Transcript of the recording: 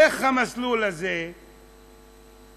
איך המסלול הזה יוצא?